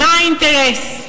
מה האינטרס?